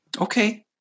Okay